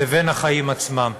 לבין החיים עצמם.